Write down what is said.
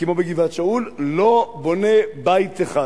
כמו בגבעת-שאול, לא בונה בית אחד.